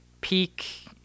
peak